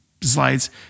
slides